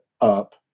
up